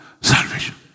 Salvation